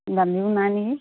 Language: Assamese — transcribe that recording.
দালিও নাই নেকি